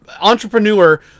entrepreneur